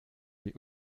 die